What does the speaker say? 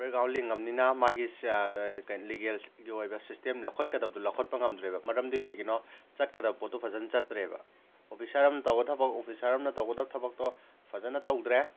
background ꯂꯤꯡꯉꯕꯅꯤꯅ ꯃꯥꯒꯤ ꯂꯤꯒꯦꯜꯒꯤ ꯑꯣꯏꯕ ꯁꯤꯁꯇꯦꯝ ꯂꯧꯈꯠꯀꯗꯕꯗꯣ ꯂꯧꯈꯠꯄ ꯉꯝꯗ꯭ꯔꯦꯕ ꯃꯔꯝꯗꯤ ꯀꯩꯒꯤꯅꯣ ꯆꯠꯀꯗꯕ ꯄꯣꯠꯇꯣ ꯐꯖꯅ ꯆꯠꯇ꯭ꯔꯦꯕ ꯑꯣꯐꯤꯁꯥꯔ ꯑꯃꯅ ꯇꯧꯒꯗꯕ ꯊꯕꯛ ꯑꯣꯐꯤꯁꯥꯔ ꯑꯃꯅ ꯇꯧꯒꯗꯕ ꯊꯕꯛꯇꯣ ꯐꯖꯅ ꯇꯧꯗ꯭ꯔꯦ